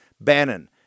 Bannon